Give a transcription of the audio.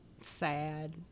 sad